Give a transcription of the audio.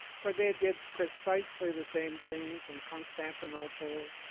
for they did pre cisely the same things in constantinople,